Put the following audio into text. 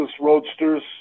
roadsters